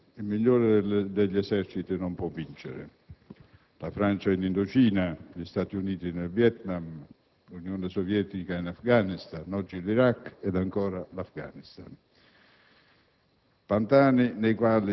contesti nei quali il migliore degli eserciti non può vincere: la Francia in Indocina, gli Stati Uniti nel Vietnam, l'Unione Sovietica in Afghanistan, oggi l'Iraq ed ancora l'Afghanistan.